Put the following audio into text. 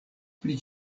pri